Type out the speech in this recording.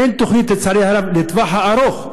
אין תוכנית, לצערי הרב, לטווח הארוך.